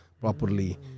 properly